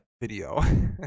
video